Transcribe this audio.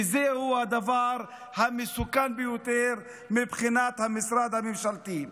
שזהו הדבר המסוכן ביותר מבחינת המשרד הממשלתי.